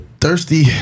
Thirsty